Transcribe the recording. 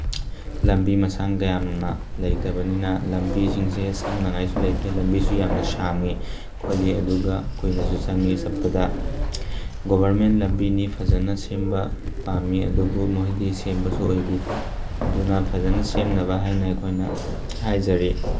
ꯂꯝꯕꯤ ꯃꯁꯥꯡꯒ ꯌꯥꯝꯅ ꯂꯩꯇꯕꯅꯤꯅ ꯂꯝꯕꯤꯁꯤꯡꯁꯦ ꯁꯝꯅꯉꯥꯏꯁꯨ ꯂꯩꯇꯦ ꯂꯝꯕꯤꯁꯨ ꯌꯥꯝꯅ ꯁꯥꯡꯏ ꯈꯣꯠꯂꯤ ꯑꯗꯨꯒ ꯀꯨꯏꯅꯁꯨ ꯆꯪꯏ ꯆꯠꯄꯗ ꯒꯣꯕꯔꯟꯃꯦꯟ ꯂꯝꯕꯤꯅꯤ ꯐꯖꯅ ꯁꯦꯝꯕ ꯄꯥꯝꯃꯤ ꯑꯗꯨꯕꯨ ꯃꯈꯣꯏꯗꯤ ꯁꯦꯝꯕꯁꯨ ꯑꯣꯏꯕꯤꯗꯦ ꯑꯗꯨꯅ ꯐꯖꯅ ꯁꯦꯝꯅꯕ ꯍꯥꯏꯅ ꯑꯩꯈꯣꯏꯅ ꯍꯥꯏꯖꯔꯤ